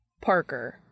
Parker